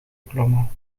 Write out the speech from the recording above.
geklommen